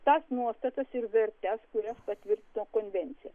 tas nuostatas ir vertes kurias patvirtino konvencija